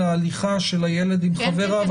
להליכה של הילד עם חבריו אחרי הצהריים --- כן,